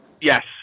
Yes